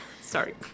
sorry